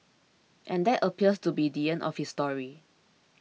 and that appears to be the end of his story